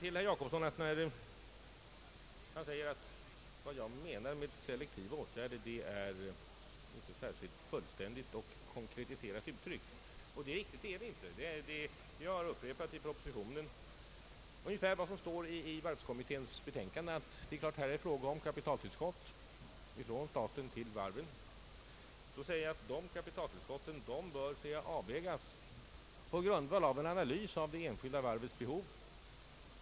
Herr Jacobsson säger att vad jag menar med selektiva åtgärder inte är särskilt fullständigt och konkretiserat uttryckt, och det är riktigt. Jag har i propositionen upprepat ungefär vad som står i varvskommitténs betänkande. Det är här givetvis fråga om kapitaltillskott från staten till varven. Dessa kapitaltillskott bör, säger jag, avvägas på grundval av en analys av de enskilda varvens behov.